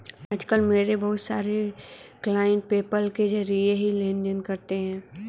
आज कल मेरे बहुत सारे क्लाइंट पेपाल के जरिये ही लेन देन करते है